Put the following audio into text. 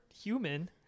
human